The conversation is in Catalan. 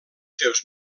seus